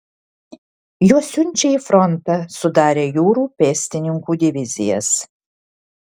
juos siunčia į frontą sudarę jūrų pėstininkų divizijas